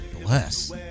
bless